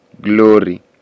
glory